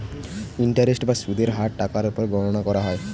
interest বা সুদের হার টাকার উপর গণনা করা হয়